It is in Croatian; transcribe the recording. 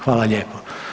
Hvala lijepo.